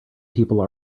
people